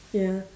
ya